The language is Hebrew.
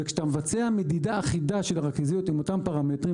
וכשאתה מבצע מדידה אחידה של הריכוזיות עם אותם פרמטרים,